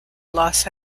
los